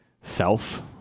self